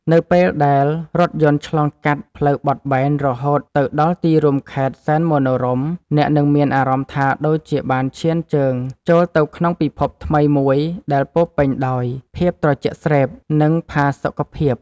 នៅពេលដែលរថយន្តឆ្លងកាត់ផ្លូវបត់បែនរហូតទៅដល់ទីរួមខេត្តសែនមនោរម្យអ្នកនឹងមានអារម្មណ៍ថាដូចជាបានឈានជើងចូលទៅក្នុងពិភពថ្មីមួយដែលពោរពេញដោយភាពត្រជាក់ស្រេប និង ផាសុកភាព។